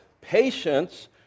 patience